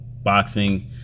Boxing